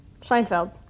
Seinfeld